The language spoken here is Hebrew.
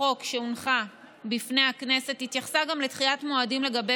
החוק שהונחה בפני הכנסת והתייחסה גם לדחיית מועדים לגבי